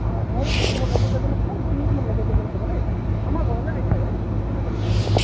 অ মই মোৰ লগৰ কেইজনক ক'ম তুমি তোমাৰ লগৰ কেইজনক ক'বা দেই আমাৰ ঘৰলে আহিলে হ'ল গোটেইকেইজনে একেলগে